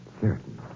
certain